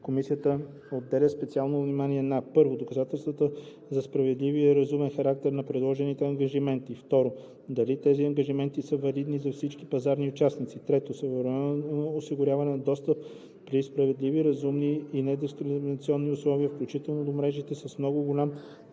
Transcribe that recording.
комисията отделя специално внимание на: 1. доказателствата за справедливия и разумен характер на предложените ангажименти; 2. дали тези ангажименти са валидни за всички пазарни участници; 3. своевременното осигуряване на достъп при справедливи, разумни и недискриминационни условия, включително до мрежите с много голям